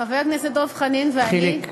חבר הכנסת דב חנין ואני, חיליק.